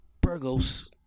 Burgos